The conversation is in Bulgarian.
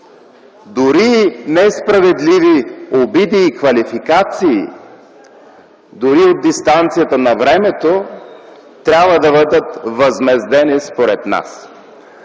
Дори несправедливи обиди и квалификации, дори от дистанцията на времето трябва да бъдат възмездени според нас.